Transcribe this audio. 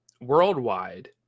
worldwide